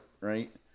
Right